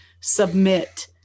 submit